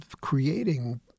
creating